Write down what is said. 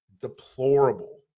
deplorable